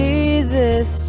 Jesus